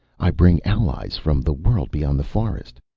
i bring allies from the world beyond the forest.